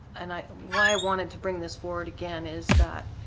and i why i wanted to bring this forward again is that